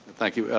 thank you,